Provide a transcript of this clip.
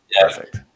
Perfect